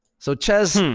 so chezz,